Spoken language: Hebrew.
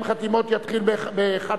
שדיון 40 חתימות יתחיל ב-13:30.